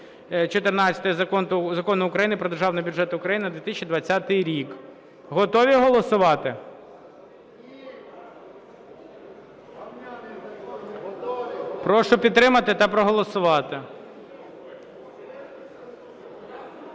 14 Закону України "Про Державний бюджет України на 2020 рік"). Готові голосувати? Прошу підтримати та проголосувати.